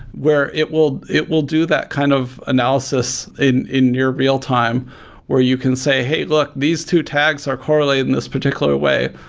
where it will it will do that kind of analysis in in your real-time where you can say, hey, look. these two tags are correlated in this particular way,